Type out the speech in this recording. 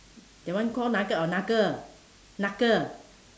that one called nugget or knuckle knuckle